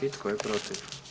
I tko je protiv?